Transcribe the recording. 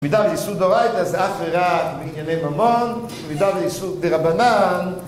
מידע באיסור דאורייתא זה אך ורק בענייני ממון. מידע באיסור דרבנן